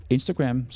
Instagram